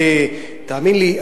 תאמין לי,